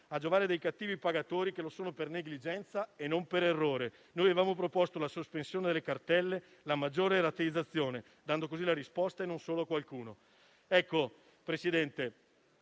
giovare ai cattivi pagatori che lo sono per negligenza e non per errore. Avevamo proposto la sospensione delle cartelle e una maggiore rateizzazione, dando così risposte non solo a qualcuno.